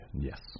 Yes